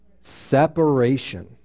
Separation